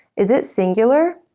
is it singular?